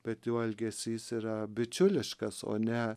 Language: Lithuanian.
bet jo elgesys yra bičiuliškas o ne